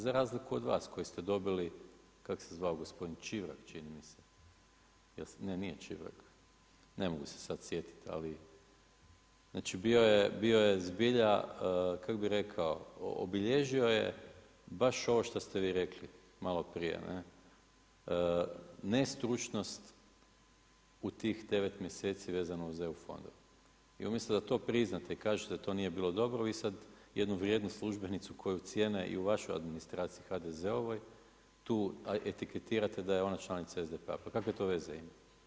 Za razliku od vas koji ste dobili, kak' se zvao gospodin, Čivrag, ne nije Čivrag, ne mogu se sad sjetiti, ali značio bio je zbilja, kak' bi rekao, obilježio baš ovo što ste vi rekli maloprije, ne, nestručnost u tih 9 mjeseci vezano za eu fondove i umjesto da to priznate i kažete da to nije bilo dobro, vi sad jednu vrijednu službenicu koji cijene i u vašoj administraciji, HDZ-ovoj, tu etiketirate da je ona članica SDP-a, pa kakve to veze ima?